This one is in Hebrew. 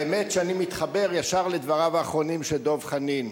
האמת היא שאני מתחבר ישר לדבריו האחרונים של דב חנין.